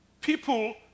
people